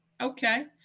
Okay